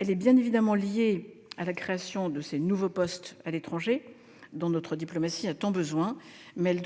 hausse est bien évidemment liée à la création des nouveaux postes à l'étranger dont notre diplomatie a tant besoin, mais